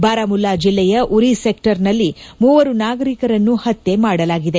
ಬಾರಾಮುಲ್ಲಾ ಜಿಲ್ಲೆಯ ಉರಿ ಸೆಕ್ಷರ್ನಲ್ಲಿ ಮೂವರು ನಾಗರಿಕರನ್ನು ಹತ್ತೆ ಮಾಡಲಾಗಿದೆ